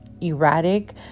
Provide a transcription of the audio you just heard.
erratic